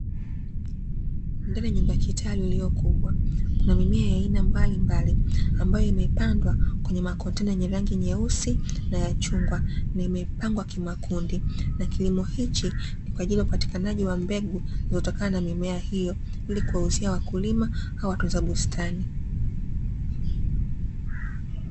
Ndani ya nyumba kitalu iliyokubwa kuna mimiea ya aina mbalimbali ambayo imepandwa kwenye makontena yenye rangi nyeusi na ya chungwa, na imepangwa kimakundi kilimo hichi ni kwaajili ya upatikanaji wa mbegu inayotokana na mimea hiyo ili kuwauzia wakulima au watunza busitani.